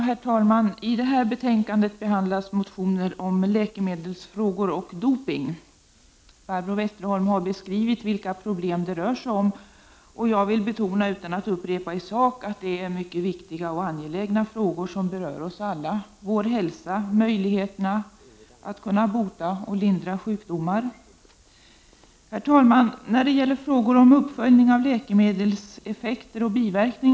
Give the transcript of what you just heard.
Herr talman! I det här betänkandet behandlas motioner om läkemedelsfrågor och doping. Barbro Westerholm har beskrivit vilka problem det rör sig om, och jag vill betona, utan att upprepa i sak, att det är mycket viktiga och angelägna frågor som berör oss alla. Det gäller vår hälsa, möjligheterna att bota och lindra sjukdomar. Herr talman! Frågor om uppföljning av läkemedelseffekter och biverk — Prot.